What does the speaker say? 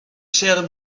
share